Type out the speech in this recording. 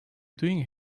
doing